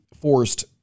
forced